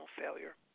failure